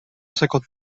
cinquante